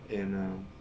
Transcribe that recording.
in um